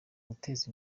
guteza